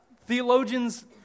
theologians